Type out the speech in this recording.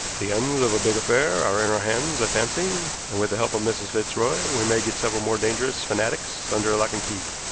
the ends of a big affair are in our hands, i fancy, and, with the help of mrs. fitzroy, we may get several more dangerous fanatics under lock and key.